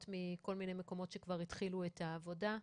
מכל מיני מקומות שכבר התחילו את העבודה.